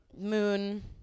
Moon